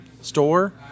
store